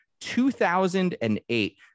2008